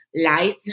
life